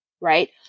Right